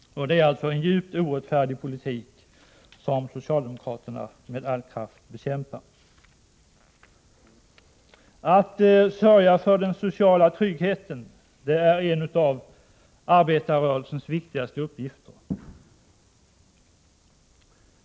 Det är en djupt orättfärdig politik, som socialdemokraterna med all kraft bekämpar. Att sörja för den sociala tryggheten är en av arbetarrörelsens viktigaste uppgifter.